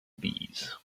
bees